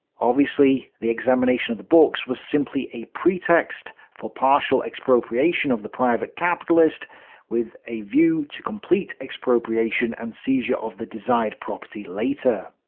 obviously, the examination of the books was simply a pretext for partial expropriation of the private capitalist with a view to complete expropriation and seizure of the desired property later.